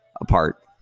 apart